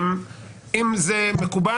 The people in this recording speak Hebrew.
אם זה מקובל,